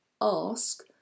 ask